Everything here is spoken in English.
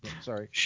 Sorry